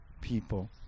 people